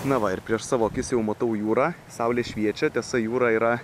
na va ir prieš savo akis jau matau jūrą saulė šviečia tiesa jūra yra